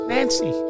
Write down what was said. Nancy